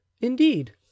indeed